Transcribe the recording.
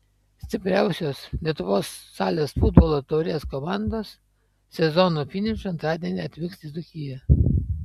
stipriausios lietuvos salės futbolo taurės komandos sezono finišui antradienį atvyks į dzūkiją